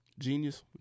Genius